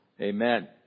Amen